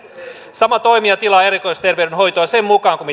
sama toimija tilaa erikoisterveydenhoitoa sen mukaan kuin